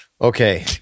Okay